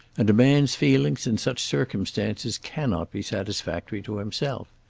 and a man's feelings in such circumstances cannot be satisfactory to himself.